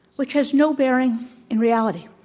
which has no bearing in reality.